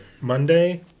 Monday